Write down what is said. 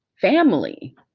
family